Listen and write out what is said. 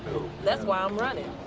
that's why i'm running.